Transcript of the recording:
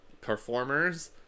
performers